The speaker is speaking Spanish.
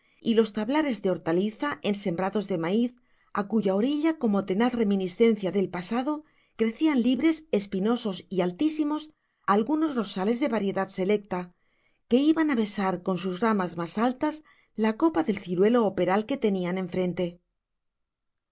y los tablares de hortaliza en sembrados de maíz a cuya orilla como tenaz reminiscencia del pasado crecían libres espinosos y altísimos algunos rosales de variedad selecta que iban a besar con sus ramas más altas la copa del ciruelo o peral que tenían enfrente